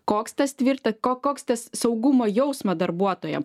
koks tas tvirta ko koks tas saugumo jausmą darbuotojam